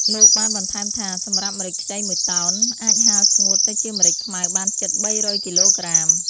លោកបានបន្ថែមថា សម្រាប់ម្រេចខ្ចីមួយតោន អាចហាលស្ងួតទៅជាម្រេចខ្មៅបានជិត ៣០០ គីឡូក្រាម។